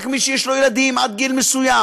רק מי שיש לו ילדים עד גיל מסוים,